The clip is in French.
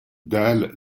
dale